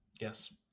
Yes